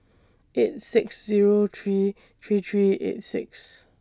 eight six Zero three three three eight six